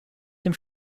dem